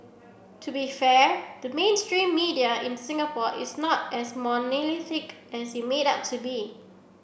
to be fair the mainstream media in Singapore is not as monolithic as it made out to be